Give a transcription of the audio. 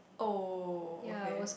oh okay